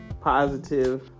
positive